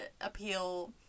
appeal